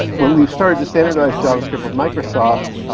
but when we started to standardize javascript with microsoft,